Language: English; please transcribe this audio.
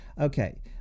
Okay